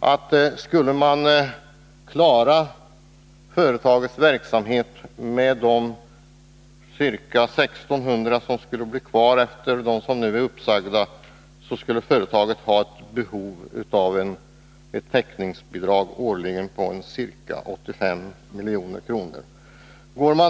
att för att man skulle kunna klara verksamheten med ca 1 600 anställda — de som skulle bli kvar sedan de som nu är uppsagda slutat — skulle företaget behöva ett täckningsbidrag på ca 85 milj.kr. årligen.